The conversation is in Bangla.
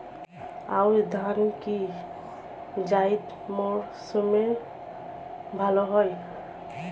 আউশ ধান কি জায়িদ মরসুমে ভালো হয়?